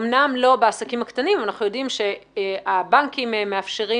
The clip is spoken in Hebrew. אמנם לא בעסקים הקטנים אבל אנחנו יודעים שהבנקים מאפשרים